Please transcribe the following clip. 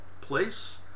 place